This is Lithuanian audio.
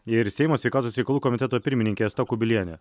ir seimo sveikatos reikalų komiteto pirmininkė asta kubilienė